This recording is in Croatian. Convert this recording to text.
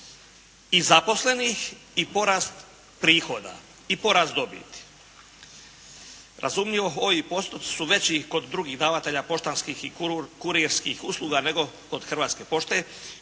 i zaposlenih i porast prihoda i porast dobiti. Razumljivo, ovi postupci su veći kod drugih davatelja poštanskih i kurirskih usluga, nego kod Hrvatske pošte